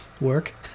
Work